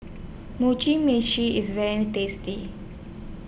Mugi Meshi IS very tasty